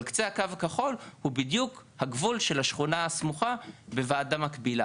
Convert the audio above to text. אבל קצה הקו הכחול הוא בדיוק הגבול של השכונה הסמוכה בוועדה מקבילה.